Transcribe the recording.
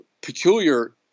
peculiar